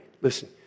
Listen